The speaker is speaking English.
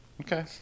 Okay